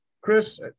Chris